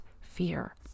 fear